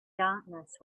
darkness